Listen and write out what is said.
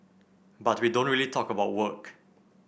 but we don't really talk about work